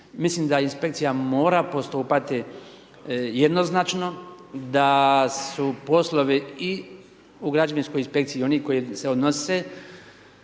mislim da inspekcija mora postupati jednoznačno, da su poslovi i u građevinskoj inspekciji i oni koji se odnose